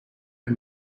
and